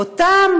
אותם